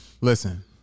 Listen